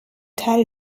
teil